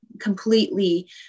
completely